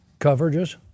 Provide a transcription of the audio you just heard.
Coverages